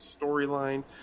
storyline